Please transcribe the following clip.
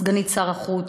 סגנית שר החוץ,